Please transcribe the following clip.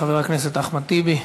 חבר הכנסת אחמד טיבי.